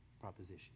proposition